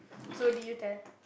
so did you tell